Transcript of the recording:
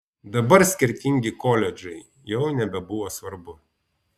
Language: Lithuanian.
dabar skirtingi koledžai jau nebebuvo svarbu